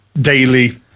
daily